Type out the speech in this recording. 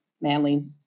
manly